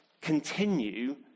continue